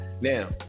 Now